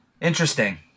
Interesting